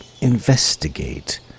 investigate